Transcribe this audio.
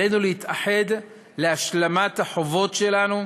עלינו להתאחד להשלמת החובות שלנו,